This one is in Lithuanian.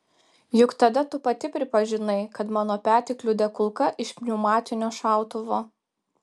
juk tada tu pati pripažinai kad mano petį kliudė kulka iš pneumatinio šautuvo